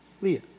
Leah